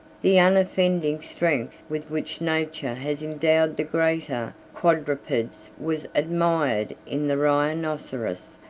the unoffending strength with which nature has endowed the greater quadrupeds was admired in the rhinoceros,